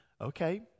okay